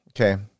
okay